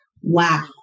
wow